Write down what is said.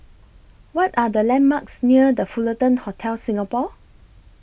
What Are The landmarks near The Fullerton Hotel Singapore